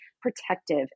protective